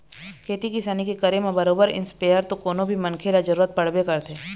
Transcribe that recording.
खेती किसानी के करे म बरोबर इस्पेयर तो कोनो भी मनखे ल जरुरत पड़बे करथे